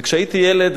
וכשהייתי ילד,